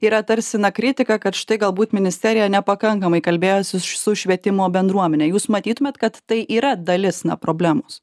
yra tarsi na kritika kad štai galbūt ministerija nepakankamai kalbėjosi su švietimo bendruomene jūs matytumėt kad tai yra dalis na problemos